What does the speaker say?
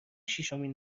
شیشمین